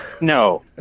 no